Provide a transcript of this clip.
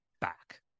back